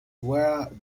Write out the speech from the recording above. where